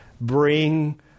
bring